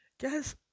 Guys